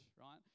right